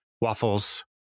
waffles